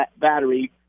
battery